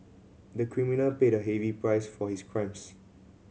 the criminal paid a heavy price for his crimes